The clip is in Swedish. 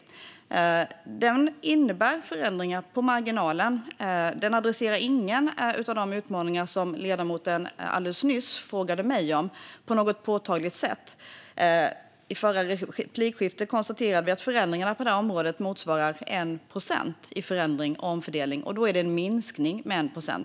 Den innebär förändringar på marginalen. Den adresserar ingen av de utmaningar som ledamoten alldeles nyss frågade mig om på något påtagligt sätt. I förra replikskiftet konstaterade vi att förändringarna på det här området motsvarar 1 procent i förändring och omfördelning, och då är det en minskning med 1 procent.